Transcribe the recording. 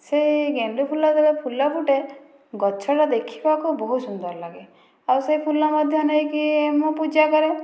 ସେ ଗେଣ୍ଡୁ ଫୁଲ ଯେତେବେଳେ ଫୁଲ ଫୁଟେ ଗଛଟା ଦେଖିବାକୁ ବହୁତ ସୁନ୍ଦର ଲାଗେ ଆଉ ସେ ଫୁଲ ମଧ୍ୟ ନେଇକି ମୁଁ ପୂଜା କରେ